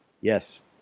Yes